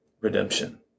redemption